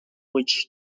which